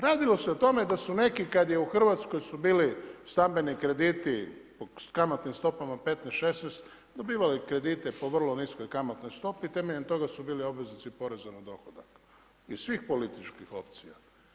Radilo se o tome da su neki kada su u Hrvatskoj bili stambeni krediti s kamatnim stopama 15, 16 dobivali kredite po vrlo niskoj kamatnoj stopi temeljem toga su bili obveznici poreza na dohodak iz svih političkih opcija.